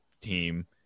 team